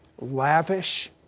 lavish